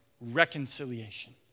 reconciliation